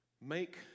Make